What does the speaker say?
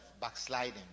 backsliding